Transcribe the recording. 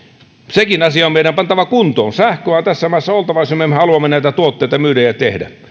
sekin asia on meidän pantava kuntoon sähköä on tässä maassa oltava jos me haluamme näitä tuotteita myydä ja tehdä